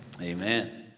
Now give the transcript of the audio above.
Amen